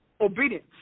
obedience